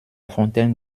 fontaine